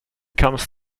comes